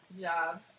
job